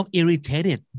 irritated